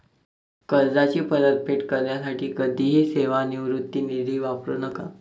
कर्जाची परतफेड करण्यासाठी कधीही सेवानिवृत्ती निधी वापरू नका